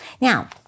Now